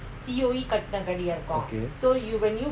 okay